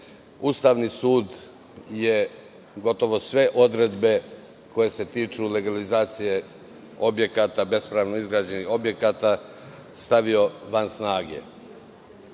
Ustavni sud je gotovo sve odredbe koje se tiču legalizacije bespravno izgrađenih objekata stavio van snage.